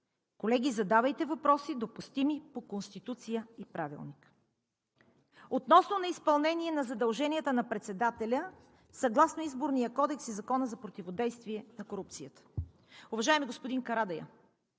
Колеги, задавайте въпроси, допустими по Конституция и Правилник! Относно неизпълнение на задълженията на председателя съгласно Изборния кодекс и Закона за противодействие на корупцията. Уважаеми господин Карадайъ,